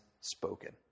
spoken